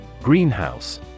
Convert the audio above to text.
Greenhouse